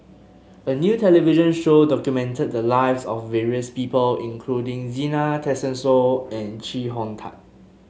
a new television show documented the lives of various people including Zena Tessensohn and Chee Hong Tat